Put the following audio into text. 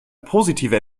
positive